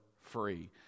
free